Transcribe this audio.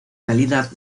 calidad